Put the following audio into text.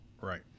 Right